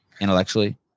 intellectually